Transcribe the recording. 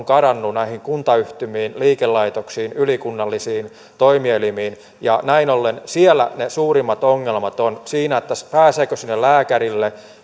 karannut kuntayhtymiin liikelaitoksiin ylikunnallisiin toimielimiin ja näin ollen siellä ne suurimmat ongelmat ovat siinä pääseekö sinne lääkärille